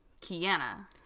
Kiana